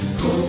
go